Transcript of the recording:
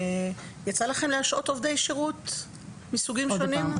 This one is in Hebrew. יצא לכם להשעות עובדי שירות מסוגים שונים?